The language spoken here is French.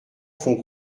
font